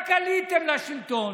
רק עליתם לשלטון,